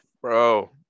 Bro